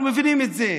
אנחנו מבינים את זה.